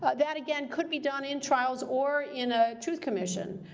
ah that again could be done in trials or in a truth commission.